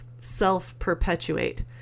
self-perpetuate